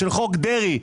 של חוק דרעי,